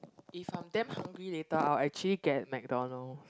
if I'm damn hungry later I'll actually get McDonald